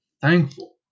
thankful